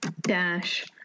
Dash